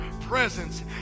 presence